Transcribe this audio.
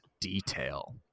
detail